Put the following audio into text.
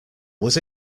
was